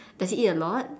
does he eat a lot